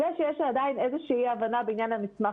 זה שיש עדיין איזושהי אי הבנה בעניין המסמך